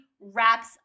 wraps